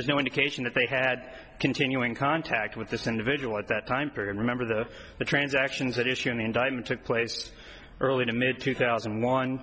there's no indication that they had continuing contact with this individual at that time period remember the transactions that issue an indictment took place early to mid two thousand and one